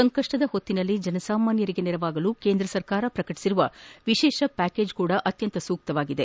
ಸಂಕಪ್ಪದ ಹೊತ್ತಿನಲ್ಲಿ ಜನಸಾಮಾನ್ದರಿಗೆ ನೆರವಾಗಲು ಕೇಂದ್ರ ಸರ್ಕಾರ ಪ್ರಕಟಿಸಿರುವ ವಿಶೇಷ ಪ್ಯಾಕೇಜ್ ಸಹ ಅತ್ಯಂತ ಸೂಕ್ತವಾಗಿವೆ